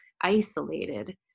isolated